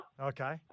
Okay